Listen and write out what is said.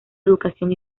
educación